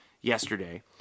yesterday